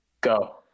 Go